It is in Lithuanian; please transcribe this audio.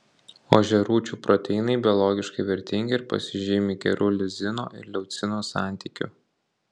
ožiarūčių proteinai biologiškai vertingi ir pasižymi geru lizino ir leucino santykiu